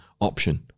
option